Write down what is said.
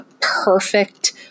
perfect